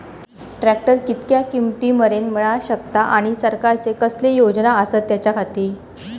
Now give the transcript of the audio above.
Tractor कितक्या किमती मरेन मेळाक शकता आनी सरकारचे कसले योजना आसत त्याच्याखाती?